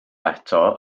eto